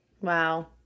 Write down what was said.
Wow